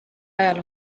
ajal